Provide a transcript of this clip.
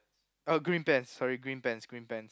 a green pants sorry green pants green pants